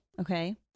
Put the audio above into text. okay